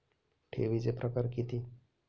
ठेवीचे प्रकार किती?